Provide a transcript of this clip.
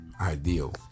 ideal